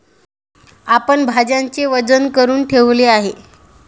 आपण भाज्यांचे वजन करुन ठेवले आहे